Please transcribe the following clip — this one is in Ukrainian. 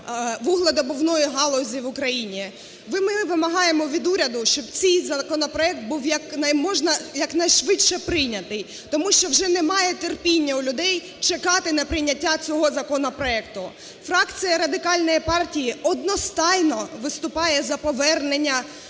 вугледобувної галузі в Україні. Ми вимагаємо від уряду, щоб цей законопроект був як найшвидше прийнятий, тому що вже немає терпіння у людей чекати на прийняття цього законопроекту. Фракція Радикальної партії одностайно виступає за повернення